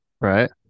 Right